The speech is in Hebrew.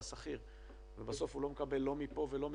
שכיר ובסוף הוא לא מקבל לא מפה ולא מפה,